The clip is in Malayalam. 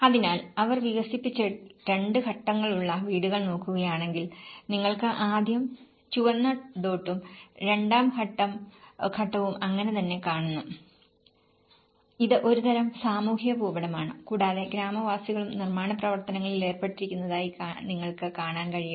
അതിനാൽ അവർ വികസിപ്പിച്ച രണ്ട് ഘട്ടങ്ങളുള്ള വീടുകൾ നോക്കുകയാണെങ്കിൽ നിങ്ങൾ ആദ്യം ചുവന്ന ഡോട്ടും രണ്ടാം ഘട്ടവും അങ്ങനെ തന്നെ കാണുന്നു ഇത് ഒരു തരം സാമൂഹിക ഭൂപടമാണ് കൂടാതെ ഗ്രാമവാസികളും നിർമ്മാണ പ്രവർത്തനങ്ങളിൽ ഏർപ്പെട്ടിരിക്കുന്നതായി നിങ്ങൾക്ക് കാണാൻ കഴിയും